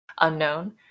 unknown